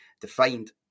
defined